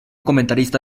comentarista